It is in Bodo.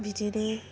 बिदिनो